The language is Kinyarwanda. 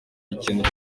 ikintu